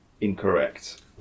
Incorrect